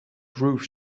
groove